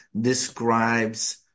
describes